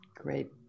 Great